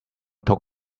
took